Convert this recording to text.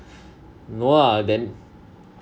no lah then